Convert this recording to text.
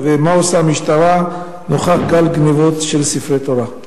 3. מה עושה המשטרה נוכח גל הגנבות של ספרי תורה?